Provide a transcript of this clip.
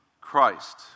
Christ